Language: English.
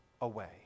away